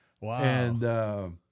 Wow